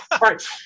right